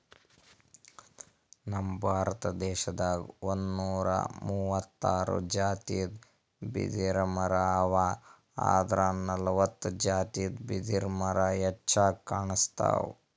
ನಮ್ ಭಾರತ ದೇಶದಾಗ್ ಒಂದ್ನೂರಾ ಮೂವತ್ತಾರ್ ಜಾತಿದ್ ಬಿದಿರಮರಾ ಅವಾ ಆದ್ರ್ ನಲ್ವತ್ತ್ ಜಾತಿದ್ ಬಿದಿರ್ಮರಾ ಹೆಚ್ಚಾಗ್ ಕಾಣ್ಸ್ತವ್